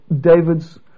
David's